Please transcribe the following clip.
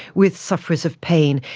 with sufferers of pain,